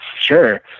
Sure